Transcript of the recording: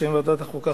בשם ועדת החוקה,